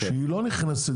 שהיא לא נכנסת,